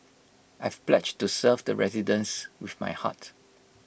I've pledged to serve the residents with my heart